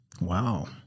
Wow